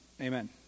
Amen